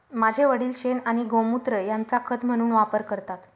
माझे वडील शेण आणि गोमुत्र यांचा खत म्हणून वापर करतात